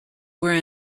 were